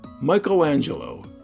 Michelangelo